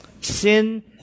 sin